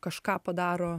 kažką padaro